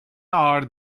ağır